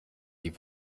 die